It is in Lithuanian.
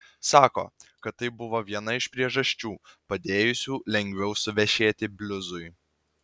sako kad tai buvo viena iš priežasčių padėjusių lengviau suvešėti bliuzui